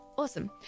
Awesome